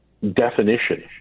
definition